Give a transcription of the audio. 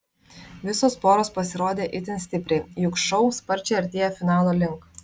visos poros pasirodė itin stipriai juk šou sparčiai artėja finalo link